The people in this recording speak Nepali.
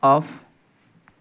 अफ